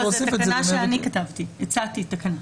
זאת תקנה שאני כתבתי, אני הצעתי אותה.